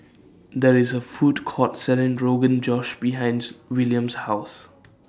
There IS A Food Court Selling Rogan Josh behinds William's House